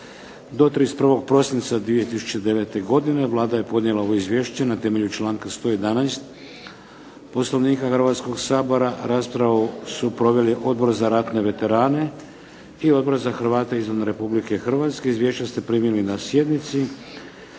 do 31. prosinca 2009. godine Vlada je podnijela ovo Izvješće na temelju članka 111. Poslovnika Hrvatskog sabora. Raspravu su proveli Odbor za ratne veterane i Odbor za Hrvate izvan Republike Hrvatske. Izvješća ste primili na sjednici.